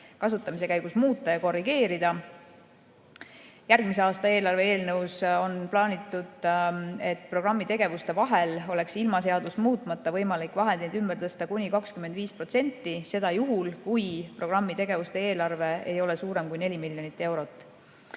kasutamise käigus muuta ja korrigeerida. Järgmise aasta eelarve eelnõus on plaanitud, et programmi tegevuste vahel oleks ilma seadust muutmata võimalik vahendeid ümber tõsta kuni 25%. Seda juhul, kui programmi tegevuste eelarve ei ole suurem kui 4 miljonit eurot.